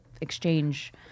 exchange